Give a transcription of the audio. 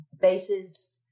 bases